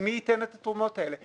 מי ייתן את התרומות האלה?